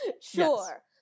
sure